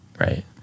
right